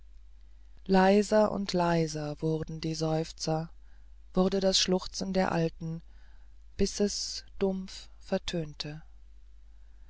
leiser und leiser wurden die seufzer wurde das schluchzen der alten bis es dumpf vertönte